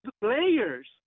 players